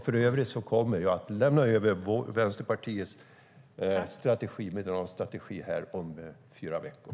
För övrigt kommer jag att lämna över Vänsterpartiets mineralstrategi om fyra veckor.